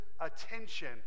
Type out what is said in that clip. attention